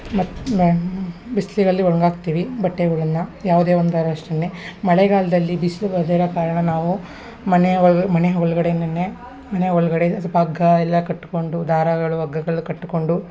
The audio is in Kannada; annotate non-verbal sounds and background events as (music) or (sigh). ಮತ್ತು ಬಿಸಿಲಿನಲ್ಲಿ ಒಣ್ಗಿ ಹಾಕ್ತಿವಿ ಬಟ್ಟೆಗಳನ್ನ ಯಾವುದೇ ಒಂದು (unintelligible) ಮಳೆಗಾಲದಲ್ಲಿ ಬಿಸಿಲು ಬರ್ದಿರೋ ಕಾರಣ ನಾವು ಮನೆಯ ಒಳ ಮನೆ ಒಳ್ಗಡೆನೆ ಮನೆ ಒಳಗಡೆ ಸ್ವಲ್ಪ ಹಗ್ಗ ಎಲ್ಲ ಕಟ್ಟಿಕೊಂಡು ದಾರಗಳು ಹಗ್ಗಗಳು ಕಟ್ಟಿಕೊಂಡು